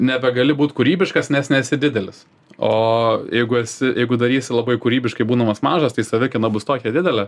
nebegali būt kūrybiškas nes nesi didelis o jeigu esi jeigu darysi labai kūrybiškai būdamas mažas tai savikaina bus tokia didelė